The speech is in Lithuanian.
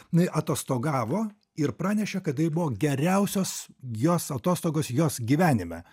jinai atostogavo ir pranešė kad tai buvo geriausios jos atostogos jos gyvenime